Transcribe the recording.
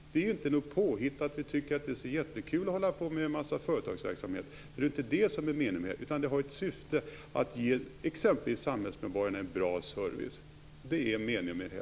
Det är ju inte något påhitt därför att vi tycker att det är så jättekul att ägna oss åt en massa företagsverksamhet. Det är ju inte det som är meningen, utan syftet med det hela är exempelvis att ge samhällsmedborgarna en bra service.